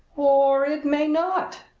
or it may not.